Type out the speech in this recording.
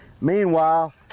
Meanwhile